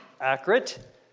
accurate